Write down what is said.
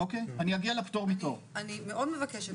אני מאוד מבקשת,